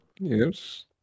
Yes